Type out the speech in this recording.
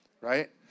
Right